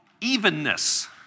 Evenness